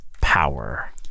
power